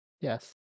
Yes